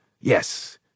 Yes